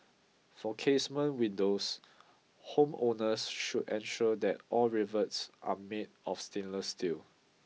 for casement windows homeowners should ensure that all rivets are made of stainless steel